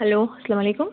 hello سلام علیکم